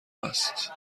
است